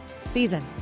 seasons